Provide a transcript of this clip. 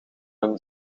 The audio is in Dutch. een